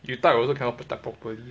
you type also cannot protect properly